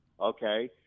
Okay